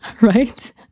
right